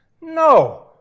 No